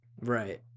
Right